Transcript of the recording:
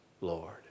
Lord